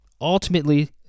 ultimately